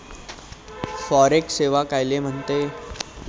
Forex सेवा कायले म्हनते?